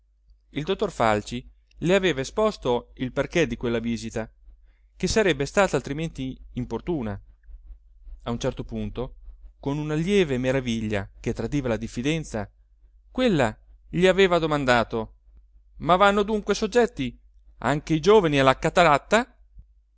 il dottor falci le aveva esposto il perché di quella visita che sarebbe stata altrimenti importuna a un certo punto con una lieve meraviglia che tradiva la diffidenza quella gli aveva domandato ma vanno dunque soggetti anche i giovani alla cateratta